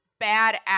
badass